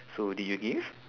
so did you give